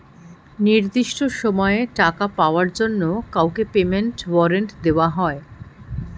নির্দিষ্ট সময়ে টাকা পাওয়ার জন্য কাউকে পেমেন্ট ওয়ারেন্ট দেওয়া হয়